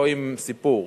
לא עם סיפור,